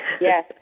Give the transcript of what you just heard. Yes